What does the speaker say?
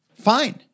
Fine